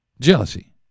Jealousy